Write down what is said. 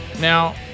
Now